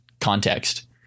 context